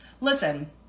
Listen